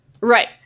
Right